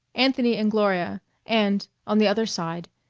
anthony and gloria and, on the other side,